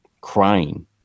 crying